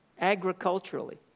Agriculturally